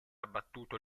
abbattuto